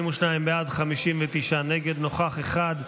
42 בעד, 59 נגד, נוכח אחד.